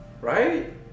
Right